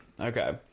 Okay